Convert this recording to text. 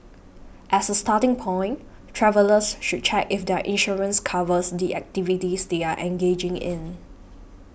as a starting point travellers should check if their insurance covers the activities they are engaging in